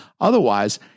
Otherwise